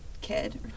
kid